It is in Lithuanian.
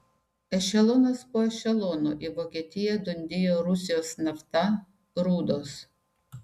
ešelonas po ešelono į vokietiją dundėjo rusijos nafta rūdos